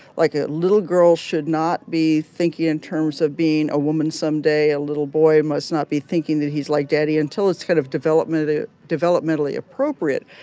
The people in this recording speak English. like, ah little girls should not be thinking in terms of being a woman someday. a little boy must not be thinking that he's like daddy until it's kind of developmentally developmentally appropriate.